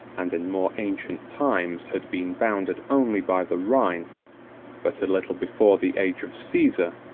and in more ancient times had been bounded only by the rhine but a little before the age of caesar,